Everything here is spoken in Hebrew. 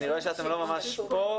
נראה שאתן לא ממש פה.